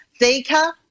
Zika